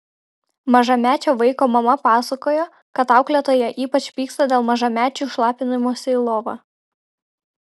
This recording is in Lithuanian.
mažamečio vaiko mama pasakojo kad auklėtoja ypač pyksta dėl mažamečių šlapinimosi į lovą